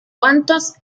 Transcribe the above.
cuantos